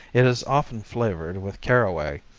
it is often flavored with caraway.